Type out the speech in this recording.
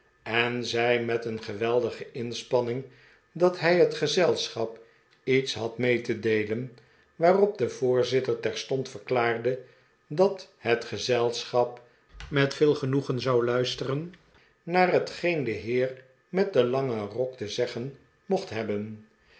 en zei met een geweldige inspanning dat hij het gezelschap iets had mee te deelen waarop de voorzitter terstond verklaarde dat het gezelschap met veel genoegen zou luisteren naar hetgeen de heer met den langen rok te zeggen mocht hebben